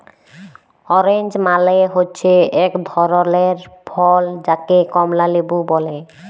orange মালে হচ্যে এক ধরলের ফল যাকে কমলা লেবু ব্যলে